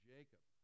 Jacob